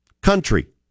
country